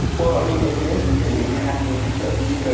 well i mean, if they're interested in and happiness research,